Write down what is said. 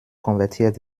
konvertiert